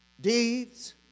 deeds